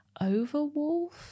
Overwolf